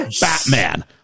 batman